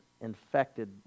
infected